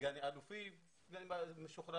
סגני אלופים משוחררים,